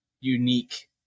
unique